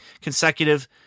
consecutive